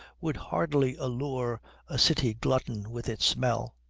would hardly allure a city glutton with its smell.